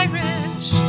Irish